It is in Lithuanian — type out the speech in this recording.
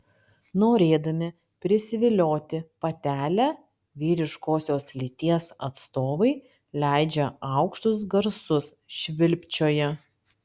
norėdami prisivilioti patelę vyriškosios lyties atstovai leidžia aukštus garsus švilpčioja